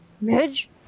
Midge